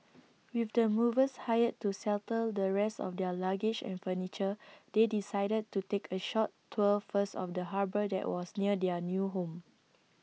with the movers hired to settle the rest of their luggage and furniture they decided to take A short tour first of the harbour that was near their new home